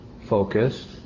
focused